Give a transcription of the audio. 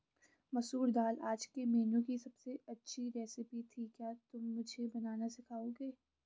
मसूर दाल आज के मेनू की अबसे अच्छी रेसिपी थी क्या तुम मुझे बनाना सिखाओंगे?